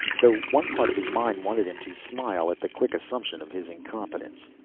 though one part of his mind wanted him to smile at the quick assumption of his incompetence.